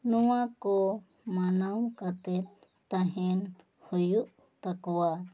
ᱱᱚᱣᱟ ᱠᱚ ᱢᱟᱱᱟᱣ ᱠᱟᱛᱮ ᱛᱟᱦᱮᱱ ᱦᱩᱭᱩᱜ ᱛᱟᱠᱚᱣᱟ